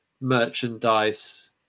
merchandise